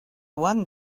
one